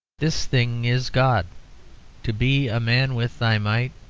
this thing is god to be man with thy might,